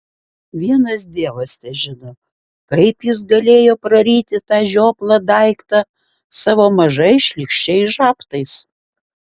vienas dievas težino kaip jis galėjo praryti tą žioplą daiktą savo mažais šlykščiais žabtais